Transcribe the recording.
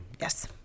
Yes